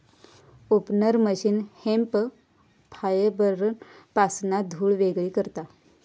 opener machine hemp फायबरपासना धुळ वेगळी करता